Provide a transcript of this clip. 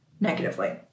negatively